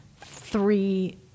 three